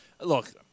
look